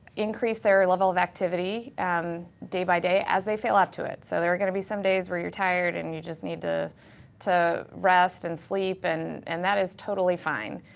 increase their level of activity um day by day, as they feel up to it. so there are gonna be some days where you're tired and you just need to to rest and sleep. and and that is totally fine.